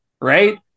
right